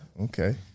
Okay